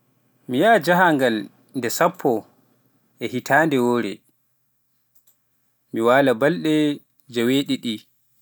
mi yeh jahaangal nde sappo e hitande, mi walaa balɗe jeewe ɗiɗi.